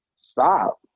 stop